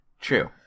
True